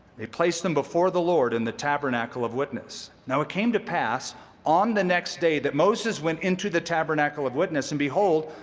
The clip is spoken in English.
they placed then before the lord in the tabernacle of witness. now it came to pass on the next day that moses went into the tabernacle of witness, and behold,